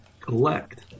collect